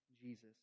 Jesus